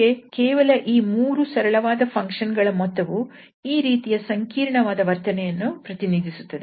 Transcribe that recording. ಹೀಗೆ ಕೇವಲ ಈ 3 ಸರಳವಾದ ಫಂಕ್ಷನ್ ಗಳ ಮೊತ್ತವು ಈ ರೀತಿಯ ಸಂಕೀರ್ಣವಾದ ವರ್ತನೆಯನ್ನು ಪ್ರತಿನಿಧಿಸುತ್ತದೆ